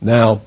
Now